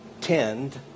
tend